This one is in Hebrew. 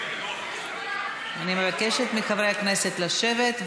אני מבקשת מחברי הכנסת לשבת,